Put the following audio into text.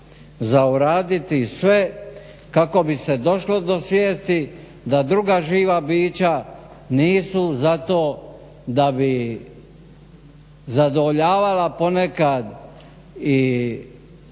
za uraditi sve kako bi se došlo do svijesti da druga živa bića nisu za to da bi zadovoljavala ponekad i